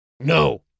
No